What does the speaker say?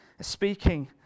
speaking